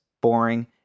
boring